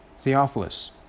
Theophilus